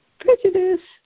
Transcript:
prejudice